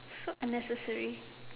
so unnecessary